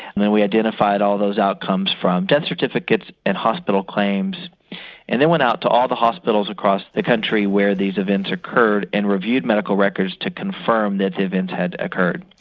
and then we identified all those outcomes from death certificates and hospital claims and then went out to all the hospitals across the country where these events occurred and reviewed medical records to confirm that events had occurred.